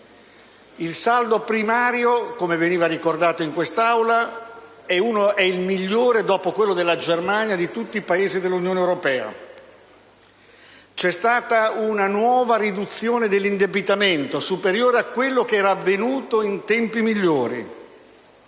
il saldo primario - come è stato ricordato in quest'Aula - è il migliore, dopo quello della Germania, di tutti i Paesi dell'Unione europea. C'è stata una nuova riduzione dell'indebitamento, superiore a quella che si era registrata in tempi migliori,